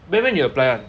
when when you apply [one]